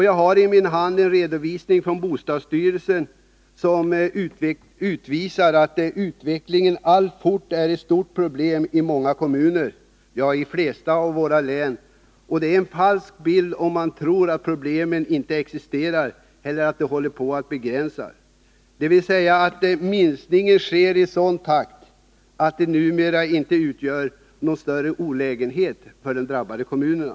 Jag har i min hand en redovisning från bostadsstyrelsen, som utvisar att utvecklingen alltfort är ett stort problem i många kommuner, ja, i de flesta av våra län. Det är en falsk bild av verkligheten att tro att problemen inte existerar eller att de håller på att begränsas, dvs. att minskningen sker i sådan takt att det numera inte är någon större olägenhet för de drabbade kommunerna.